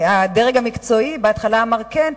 הדרג המקצועי בהתחלה אמרו כן,